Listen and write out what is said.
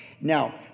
Now